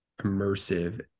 immersive